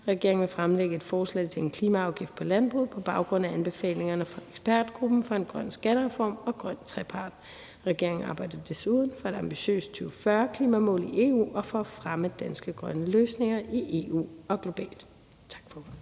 Regeringen vil fremlægge et forslag til en klimaafgift på landbruget på baggrund af anbefalingerne fra ekspertgruppen for en grøn skattereform og grøn trepart. Regeringen arbejder desuden for et ambitiøst 2040-klimamål i EU og for at fremme danske grønne løsninger i EU og globalt.« (Forslag